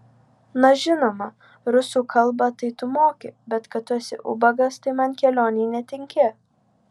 na žinoma rusų kalbą tai tu moki bet kad tu esi ubagas tai man kelionei netinki